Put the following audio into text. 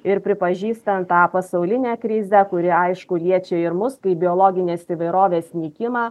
ir pripažįstant tą pasaulinę krizę kuri aišku liečia ir mus kaip biologinės įvairovės nykimą